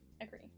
agree